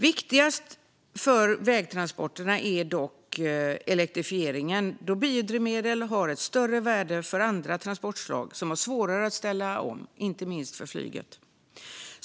Viktigast för vägtransporterna är dock elektrifieringen, då biodrivmedel har ett större värde för andra transportslag som har svårare att ställa om, inte minst flyget.